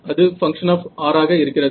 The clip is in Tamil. அது பங்க்ஷன் ஆப் r ஆக இருக்கிறது